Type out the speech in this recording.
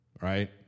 right